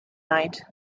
night